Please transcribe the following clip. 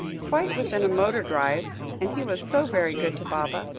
quite within a motor drive and he was so very good to baba,